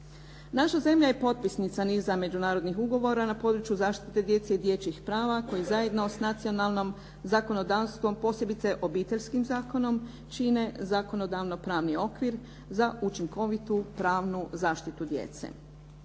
Naša zemlja je potpisnica niza međunarodnih ugovora na području zaštite djece i dječjih prava koji zajedno s nacionalnim zakonodavstvom, posebice Obiteljskim zakonom, čine zakonodavno-pravni okvir za učinkovitu pravnu zaštitu djece.